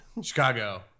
Chicago